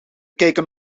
kijken